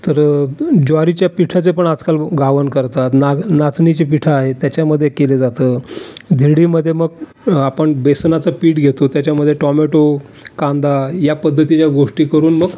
तर ज्वारीच्या पिठाचे पण आजकाल घावन करतात नाग नाचणीची पिठं आहेत त्याच्यामध्ये केलं जातं धिरडीमध्ये मग आपण बेसनाचं पीठ घेतो त्याच्यामध्ये टॉमॅटो कांदा या पद्धतीच्या गोष्टी करून मग